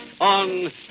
on